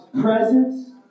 presence